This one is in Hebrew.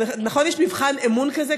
נכון שיש מבחן אמון כזה,